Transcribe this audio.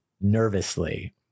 nervously